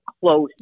close